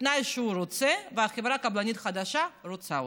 בתנאי שהוא רוצה והחברה הקבלנית החדשה רוצה אותו.